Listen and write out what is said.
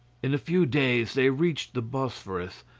in a few days they reached the bosphorus,